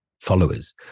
followers